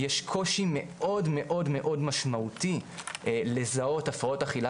יש קושי מאוד מאוד משמעותי לזהות הפרעות אכילה